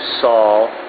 Saul